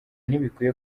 ntibikwiye